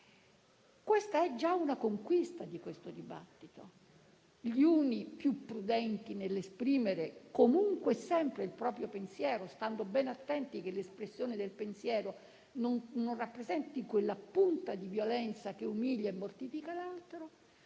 Questa è già una conquista del presente dibattito: gli uni più prudenti nell'esprimere sempre e comunque il proprio pensiero, stando bene attenti che l'espressione del pensiero non rappresenti quella punta di violenza che umilia e mortifica l'altro;